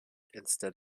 instead